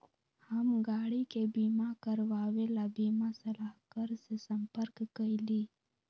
हम गाड़ी के बीमा करवावे ला बीमा सलाहकर से संपर्क कइली